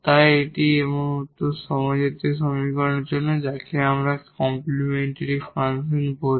তাই এই আপনি হোমোজিনিয়াস সমীকরণের জন্য যাকে আমরা আসলে কমপ্লিমেন্টরি ফাংশন বলি